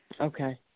Okay